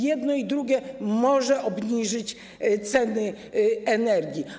Jedno i drugie może obniżyć ceny energii.